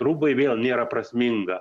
rūbai vėl nėra prasminga